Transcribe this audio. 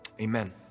amen